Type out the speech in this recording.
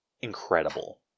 incredible